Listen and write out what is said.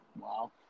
Wow